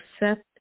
accept